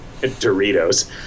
Doritos